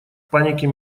панике